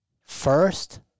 First